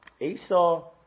Esau